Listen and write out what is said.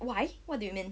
why what do you mean